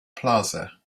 plaza